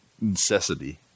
necessity